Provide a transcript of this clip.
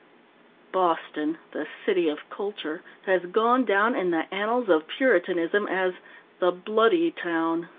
boston, the city of culture, has gone down in the annals of puritanism as the bloody town.